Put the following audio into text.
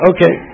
Okay